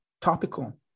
topical